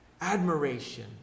admiration